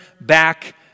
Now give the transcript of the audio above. back